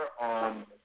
on